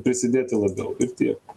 prisidėti labiau ir tiek